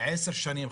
עשר שנים,